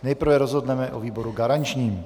Nejprve rozhodneme o výboru garančním.